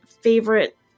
favorite